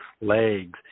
legs